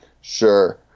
Sure